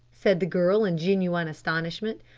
said the girl in genuine astonishment.